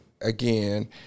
again